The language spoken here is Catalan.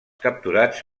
capturats